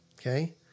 Okay